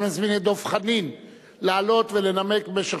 אני מזמין את דב חנין לעלות ולנמק במשך